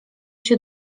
się